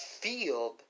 field